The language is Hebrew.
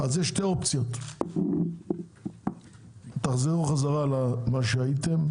אז יש שתי אופציות, תחזירו חזרה למה שהייתם,